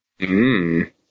Mmm